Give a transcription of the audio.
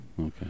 Okay